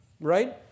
right